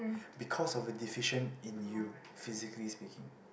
because of a deficient in you physically speaking